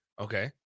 Okay